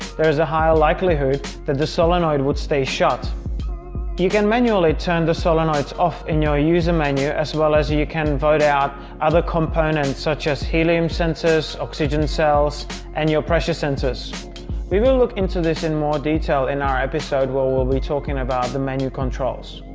there is a higher likelihood that the solenoid would stay shut you can manually turn the solenoids off in your user menu as well as you you can vote out other components such as helium sensors oxygen cells and your pressure sensors we will look into this in more detail in our episode where we'll be talking about the menu controls.